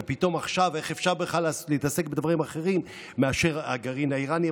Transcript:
ופתאום עכשיו איך אפשר בכלל להתעסק בדברים אחרים מאשר הגרעין האיראני.